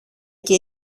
και